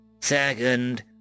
Second